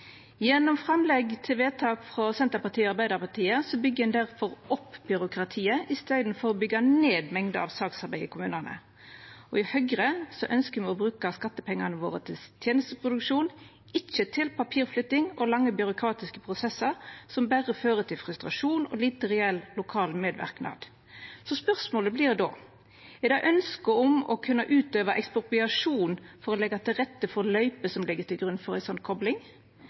Gjennom framlegg til vedtak frå Senterpartiet og Arbeidarpartiet byggjer ein difor opp byråkratiet i staden for å byggja ned mengda av saksarbeid i kommunane. I Høgre ønskjer me å bruka skattepengane våre til tenesteproduksjon, ikkje til papirflytting og lange byråkratiske prosessar som berre fører til frustrasjon og liten reell lokal medverknad. Spørsmålet vert då: Er det ønsket om å kunna utøva ekspropriasjon for å leggja til rette for løyper som ligg til grunn for ei